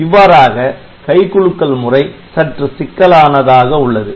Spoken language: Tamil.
இவ்வாறாக கை குலுக்கல் முறை சற்று சிக்கலானதாக உள்ளது